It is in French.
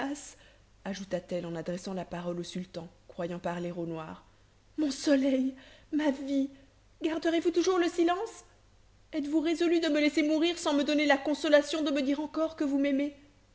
ajoutat-elle en adressant la parole au sultan croyant parler au noir mon soleil ma vie garderez vous toujours le silence êtes-vous résolu de me laisser mourir sans me donner la consolation de me dire encore que vous m'aimez